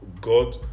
god